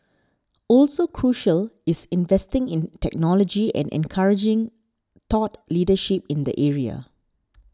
also crucial is investing in technology and encouraging thought leadership in the area